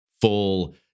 full